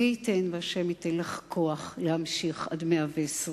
מי ייתן והשם ייתן לך כוח להמשיך עד מאה-ועשרים.